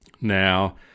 Now